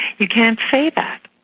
you can't say that.